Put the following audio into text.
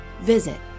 visit